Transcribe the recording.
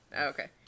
Okay